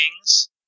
Kings